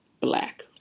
black